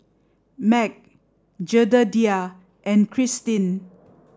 Meg Jedediah and Kristyn